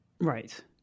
right